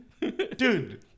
Dude